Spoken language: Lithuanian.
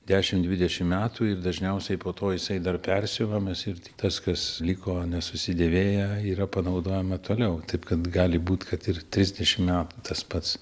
dešimt dvidešimt metų ir dažniausiai po to jisai dar persiuvamas ir tik tas kas liko nesusidėvėję yra panaudojama toliau taip kad gali būt kad ir trisdešimt metų tas pats